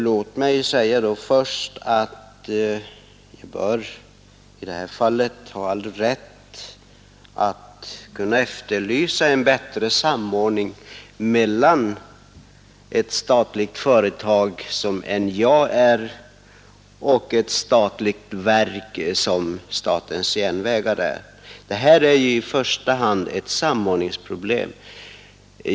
Låt mig då först säga att man i detta fall bör ha all rätt att efterlysa en bättre samordning mellan ett statligt företag som NJA och ett statligt verk som statens järnvägar. Detta är i första hand ett samordningsproblem.